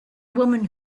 woman